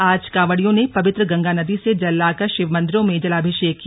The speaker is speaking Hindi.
आज कांवड़ियों ने पवित्र गंगा नदी से जल लाकर अपने शिवमंदिरों में जलाभिषेक किया